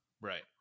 right